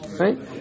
right